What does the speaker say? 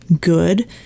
good